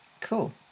Cool